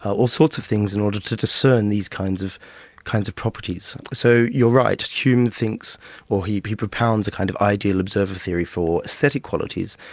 all sorts of things, in order to discern these kinds of kinds of properties. so you're right. hume thinks or he propounds a kind of ideal observer theory for aesthetic qualities,